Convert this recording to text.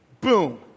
boom